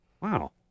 Wow